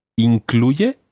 Incluye